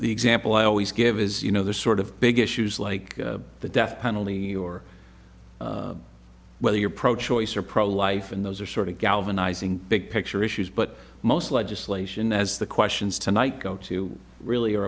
the example i always give is you know the sort of big issues like the death penalty or whether you're pro choice or pro life and those are sort of galvanizing big picture issues but most legislation as the questions tonight go to really are